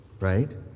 right